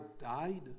died